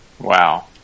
Wow